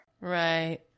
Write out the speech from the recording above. Right